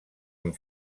amb